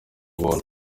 buntu